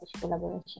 collaboration